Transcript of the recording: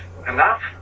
enough